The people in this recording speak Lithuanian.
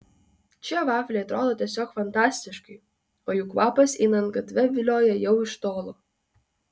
čia vafliai atrodo tiesiog fantastiškai o jų kvapas einant gatve vilioja jau iš tolo